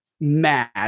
mad